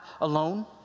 alone